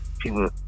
People